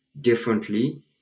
differently